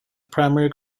primary